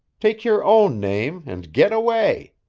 take your own name and get away.